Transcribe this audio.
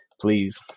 please